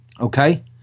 okay